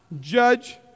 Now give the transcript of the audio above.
judge